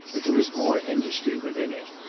but there was more industry within it.